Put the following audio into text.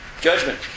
Judgment